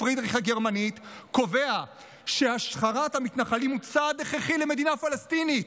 פרידריך הגרמנית קובע שהשחרת המתנחלים היא צעד הכרחי למדינה פלסטינית.